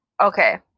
Okay